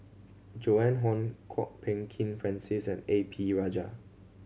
Joan Hon Kwok Peng Kin Francis and A P Rajah